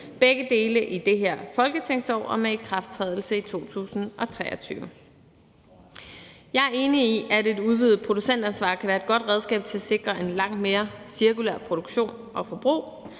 begge dele i det her folketingsår og med ikrafttrædelse i 2023. Jeg er enig i, at et udvidet producentansvar kan være et godt redskab til at sikre en langt mere cirkulær produktion og et langt